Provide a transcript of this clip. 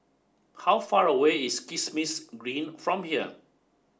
how far away is Kismis Green from here